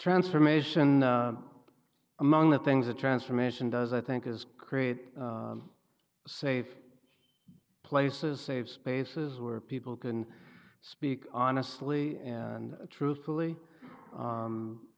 transformation among the things that transformation does i think is create safe places safe spaces where people can speak honestly and truthfully